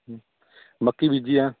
ਮੱਕੀ ਬੀਜੀ ਆ